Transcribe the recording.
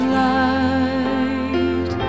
light